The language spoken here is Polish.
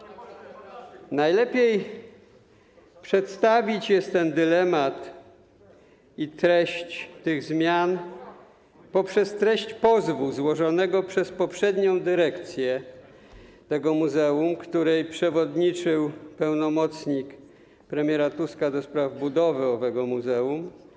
Najlepiej przedstawić ten dylemat i treść tych zmian poprzez treść pozwu złożonego przez poprzednią dyrekcję tego muzeum, której przewodniczył pełnomocnik premiera Tuska do spraw budowy owego muzeum.